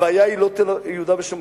הבעיה היא לא יהודה ושומרון,